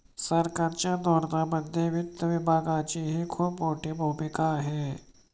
सरकारच्या धोरणांमध्ये वित्त विभागाचीही खूप मोठी भूमिका आहे